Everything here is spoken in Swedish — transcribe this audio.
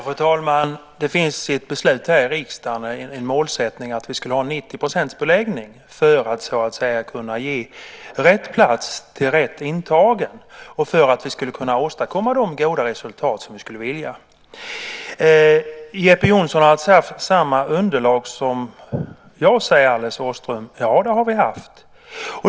Fru talman! Det har fattats beslut här i riksdagen om målsättningen 90 % beläggning för att man skulle kunna ge rätt plats till rätt intagen och för att man skulle kunna åstadkomma de goda resultat som man önskade. Jeppe Johnsson har haft samma underlag som jag, säger Alice Åström. Ja, det har jag haft.